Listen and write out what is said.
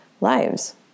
lives